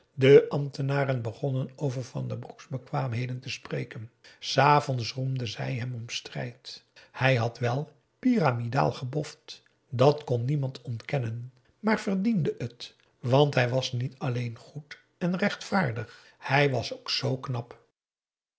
de ambtenaren begonnen over van den broek's bekwaamheden te spreken s avonds roemden zij hem om strijd hij had wèl pyramidaal geboft dat kon niemand ontkennen maar verdiende het want hij was niet alleen goed en rechtvaardig hij was ook zoo knap